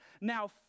Now